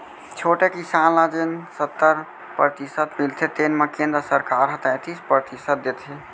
छोटे किसान ल जेन सत्तर परतिसत मिलथे तेन म केंद्र सरकार ह तैतीस परतिसत देथे